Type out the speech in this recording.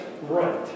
right